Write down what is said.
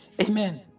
Amen